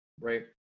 right